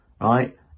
right